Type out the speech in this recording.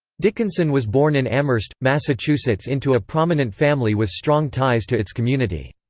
dickinson was born in amherst, massachusetts into a prominent family with strong ties to its community.